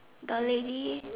the lady